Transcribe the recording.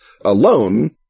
alone